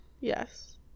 Yes